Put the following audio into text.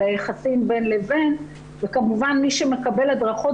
על היחסים בין לבין וכמובן מי שמקבל הדרכות